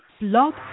blog